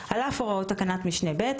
על אף הוראות תקנת משנה (ב),